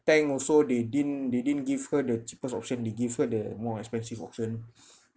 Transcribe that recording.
tank also they didn't they didn't give her the cheapest option they give her the more expensive option